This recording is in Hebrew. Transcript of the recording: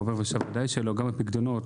בעובר ושב בוודאי שלא, וגם הפיקדונות